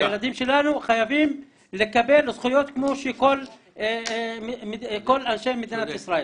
הילדים שלנו חייבים לקבל זכויות כמו שכל אנשי מדינת ישראל.